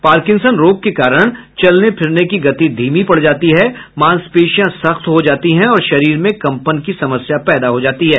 Parkinson रोग के कारण चलने फिरने की गति धीमी पड़ जाती है मांसपेशियां सख्त हो जाती हैं और शरीर में कंपन की समस्या पैदा हो जाती है